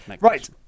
Right